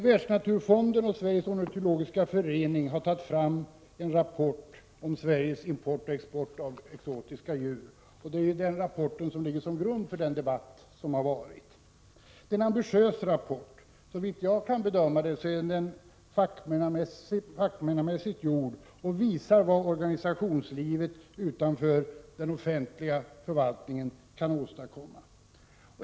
Världsnaturfonden och Sveriges ornitologiska förening har tagit fram en rapport om Sveriges import och export av exotiska djur — det är denna rapport som ligger till grund för den debatt som förts. Det är en ambitiös rapport. Såvitt jag kan bedöma är den fackmannamässigt gjord och visar vad organisationslivet utanför den offentliga förvaltningen kan åstadkomma.